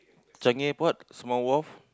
Changi Airport small wharf